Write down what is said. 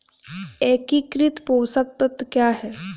एकीकृत पोषक तत्व क्या है?